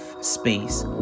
space